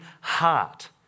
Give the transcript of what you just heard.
heart